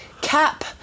cap